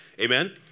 amen